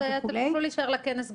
אז אתם תוכלו להישאר גם לכנס הבא.